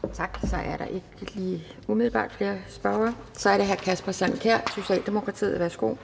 Kl. 11:55 Anden næstformand (Pia Kjærsgaard): Tak. Umiddelbart er der ikke flere spørgere. Så er det hr. Kasper Sand Kjær, Socialdemokratiet. Værsgo.